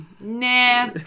nah